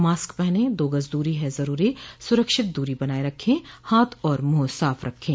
mask पहनें दो गज़ दूरी है ज़रूरी सुरक्षित दूरी बनाए रखें हाथ और मुंह साफ़ रखें